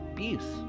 peace